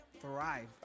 thrive